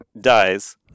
dies